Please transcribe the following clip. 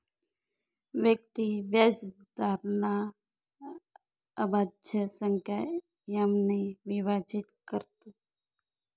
व्यक्ती व्याजदराला अभाज्य संख्या एम ने विभाजित करतो